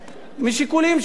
משיקולים שלו,